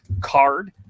card